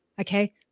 Okay